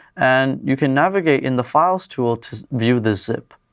and you can navigate in the files tool to view this zip.